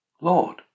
Lord